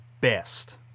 best